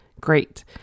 great